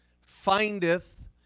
findeth